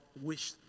wish